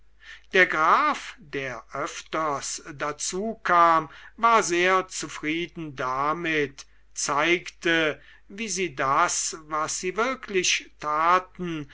der graf der öfters dazu kam war sehr zufrieden damit zeigte wie sie das was sie wirklich taten